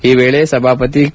ಈ ವೇಳೆ ಸಭಾಪತಿ ಕೆ